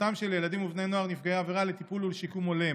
וזכותם של ילדים ובני נוער נפגעי עבירה לטיפול ולשיקום הולם.